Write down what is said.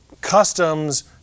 customs